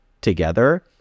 together